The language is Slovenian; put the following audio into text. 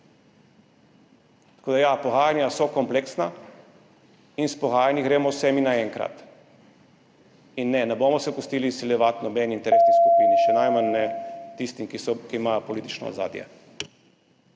Tako da ja, pogajanja so kompleksna in s pogajanji gremo z vsemi naenkrat. In ne, ne bomo se pustili izsiljevati nobeni interesni skupini, še najmanj ne tistim, ki imajo politično ozadje.